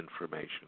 information